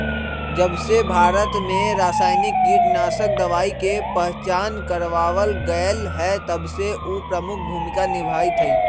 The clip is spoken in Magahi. जबसे भारत में रसायनिक कीटनाशक दवाई के पहचान करावल गएल है तबसे उ प्रमुख भूमिका निभाई थई